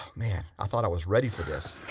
man, i thought i was ready for this